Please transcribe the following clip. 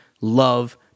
love